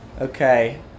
Okay